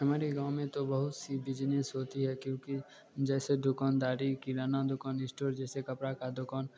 हमारे गाँव में तो बहुत सी बिजनेस होती है क्योंकि जैसे दूकानदारी किराना दूकान स्टोर जैसे कपड़ा का दूकान